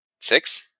Six